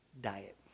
diet